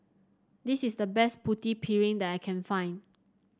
this is the best Putu Piring that I can find